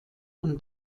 und